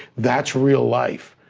that's real life,